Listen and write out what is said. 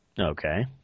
Okay